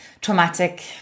traumatic